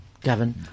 Gavin